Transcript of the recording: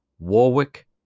Warwick